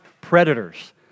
predators